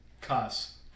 cuss